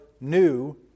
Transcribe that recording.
new